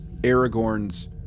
Aragorn's